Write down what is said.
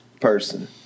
person